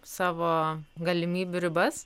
savo galimybių ribas